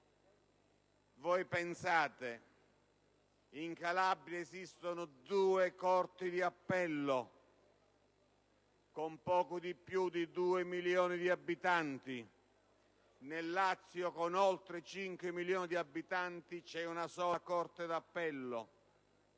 Pensate che in Calabria esistono due corti d'appello con poco più di due milioni di abitanti; nel Lazio, con oltre cinque milioni di abitanti, c'è una sola corte d'appello.